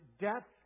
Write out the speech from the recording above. death